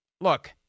look